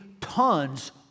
tons